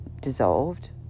dissolved